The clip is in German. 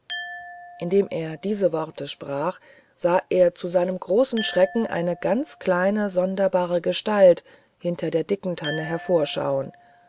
indem er diese worte sprach sah er zu seinem großen schrecken eine ganz kleine sonderbare gestalt hinter der dicken tanne hervorschauen